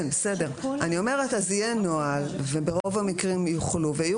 אני אומרת שיהיה נוהל וברוב המקרים יוכלו ויהיו